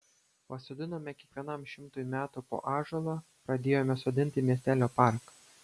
pasodinome kiekvienam šimtui metų po ąžuolą pradėjome sodinti miestelio parką